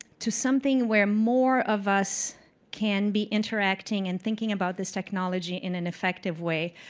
to something where more of us can be interacting and thinking about this technology in an effective way,